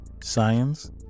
science